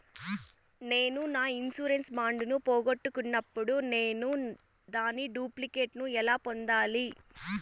నేను నా insurance bond ను పోగొట్టుకున్నప్పుడు నేను దాని డూప్లికేట్ ను ఎలా పొందాలి?